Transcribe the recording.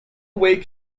way